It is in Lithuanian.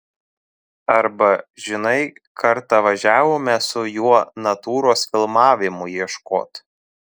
arba žinai kartą važiavome su juo natūros filmavimui ieškot